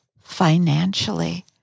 financially